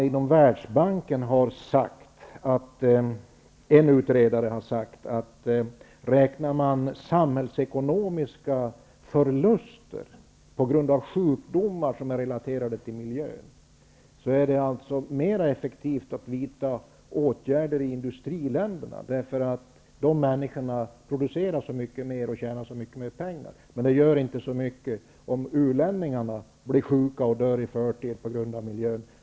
Inom Världsbanken har en utredare sagt att räknar man samhällsekonomiska förluster på grund av sjukdomar som är relaterade till miljön, är det mera effektivt att vidta åtgärder i industriländerna. De människorna producerar så mycket mer och tjänar så mycket mer pengar. Det gör inte så mycket om ''u-länningarna'' blir sjuka och dör i förtid på grund av miljön.